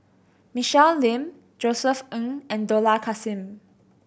Michelle Lim Josef Ng and Dollah Kassim